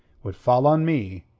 would fall on me,